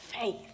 faith